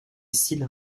cils